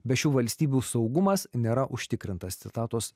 be šių valstybių saugumas nėra užtikrintas citatos